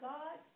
God